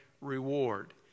reward